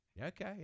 Okay